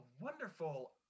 wonderful